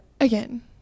Again